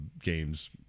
games